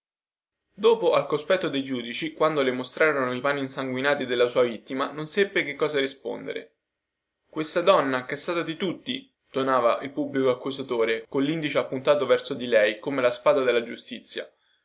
dopo al cospetto dei giudici quando le mostrarono i panni insanguinati della sua vittima non seppe che cosa rispondere questa donna chè stata di tutti tonava il pubblico accusatore collindice appuntato verso di lei come la spada della giustizia